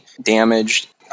damaged